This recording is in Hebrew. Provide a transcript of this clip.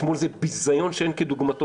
אתמול היה ביזיון שאין כדוגמתו.